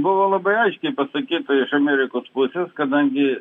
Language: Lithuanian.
buvo labai aiškiai pasakyta iš amerikos pusės kadangi